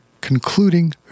concluding